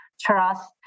trust